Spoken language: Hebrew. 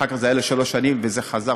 אחר כך זה היה לשלוש שנים וזה חזר.